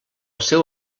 seu